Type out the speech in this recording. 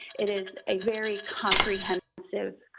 it is a very comprehensive,